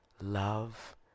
love